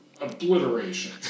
obliteration